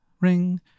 Ring